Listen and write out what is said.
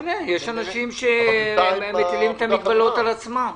לא משנה, יש אנשים שמטילים את המגבלות על עצמם.